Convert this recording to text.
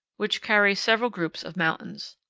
which carries several groups of mountains.